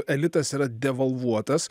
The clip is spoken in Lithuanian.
elitas yra devalvuotas